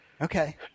Okay